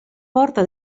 porta